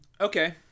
Okay